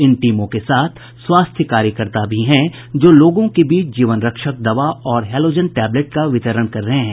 इन टीमों के साथ स्वास्थ्य कार्यकर्ता भी हैं जो लोगों के बीच जीवन रक्षक दवा और हैलोजन टेबलेट का वितरण कर रहे हैं